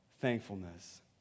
thankfulness